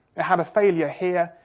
it had a failure here.